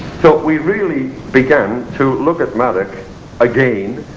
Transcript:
so we really began to look at madoc again